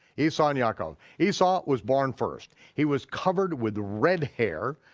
esau and yaakov. esau was born first, he was covered with red hair,